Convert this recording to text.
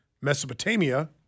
Mesopotamia